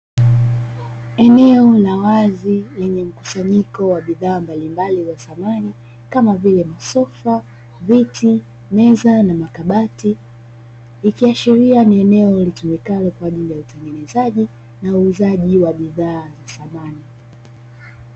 Eneo la wazi lenye mkusanyiko wa bidhaa mbalimbali za samani, kama vile: masofa, viti, meza na makabati, ikiashiria ni eneo litumikalo kwa ajili ya utengenezaji na uuzaji wa bidhaa za samani.